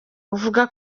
uvuga